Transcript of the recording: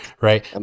right